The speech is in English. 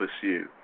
pursue